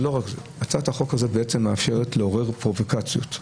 הצעת החוק הזאת מאפשרת לעורר פרובוקציות,